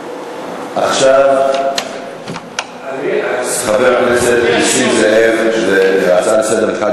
עכשיו חבר הכנסת נסים זאב בהצעה לסדר-היום